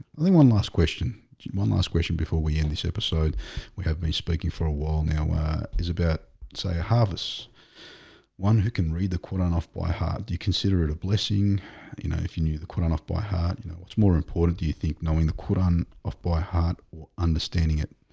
only one last question one last question before we end this episode we have been speaking for a while now is about say harvests one who can read the quran off by heart. consider it a blessing? you know if you knew the quad on off by heart, you know, it's more important do you think knowing the quran off by heart or understanding it?